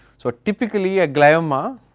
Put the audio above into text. so, typically a glioma